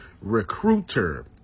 recruiter